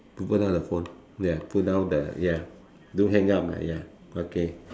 put down the phone ya put down the ya don't hang up ya okay